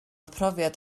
profiad